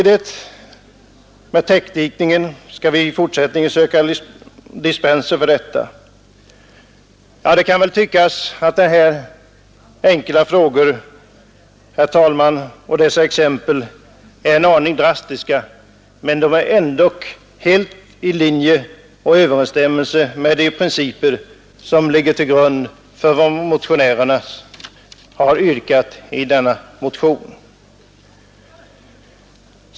Det kan tyckas att detta är enkla frågor och att exemplen är en aning drastiska, herr talman, men de är ändå helt i linje med de principer som ligger till grund för vad motionärerna yrkat i denna motion.